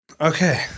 okay